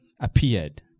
appeared